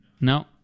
No